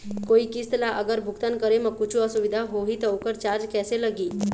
कोई किस्त ला अगर भुगतान करे म कुछू असुविधा होही त ओकर चार्ज कैसे लगी?